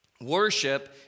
worship